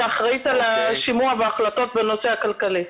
שאחראית על השימוע ועל ההחלטות בנושא הכלכלי.